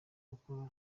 gukora